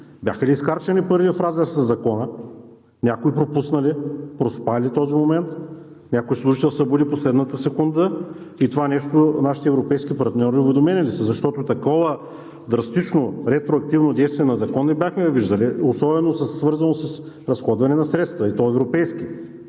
Бяха ли изхарчени пари в разрез със Закона, някой пропусна ли, проспа ли този момент, някой служител се събуди в последната секунда? И за това нещо нашите европейски партньори уведомени ли са, защото такова драстично ретроактивно действие на закон не бяхме виждали, особено свързано с разходване на средства, и то европейски?